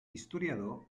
historiador